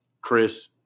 Chris